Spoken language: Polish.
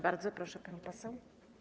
Bardzo proszę, pani poseł.